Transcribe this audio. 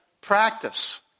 practice